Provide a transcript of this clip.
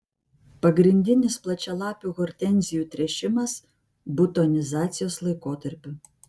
pagrindinis plačialapių hortenzijų tręšimas butonizacijos laikotarpiu